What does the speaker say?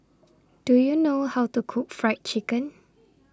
Do YOU know How to Cook Fried Chicken